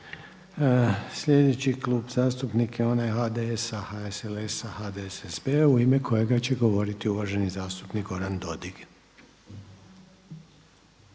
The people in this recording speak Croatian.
Sljedeći je Klub zastupnika onaj HDS-a HSLS-a HDSSB-a u ime kojega će govoriti uvaženi zastupnik Goran Dodig.